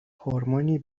هورمونی